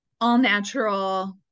all-natural